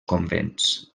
convents